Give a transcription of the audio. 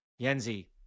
Yenzi